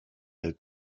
der